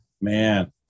man